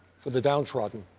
for the downtrodden,